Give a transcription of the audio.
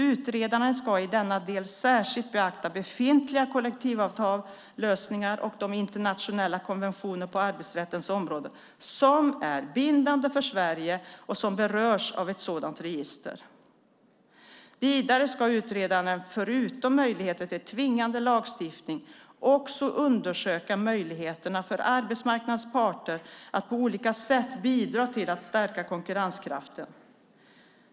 Utredaren ska i denna del särskilt beakta befintliga kollektivavtalslösningar och de internationella konventioner på arbetsrättens område som är bindande för Sverige och som berörs av ett sådant register. Vidare ska utredaren förutom möjligheter till tvingande lagstiftning också undersöka möjligheterna för arbetsmarknadens parter att på olika sätt bidra till att stärka konkurrenskraften.